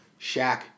Shaq